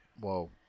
Whoa